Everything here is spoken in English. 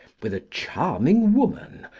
with a charming woman,